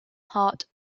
hart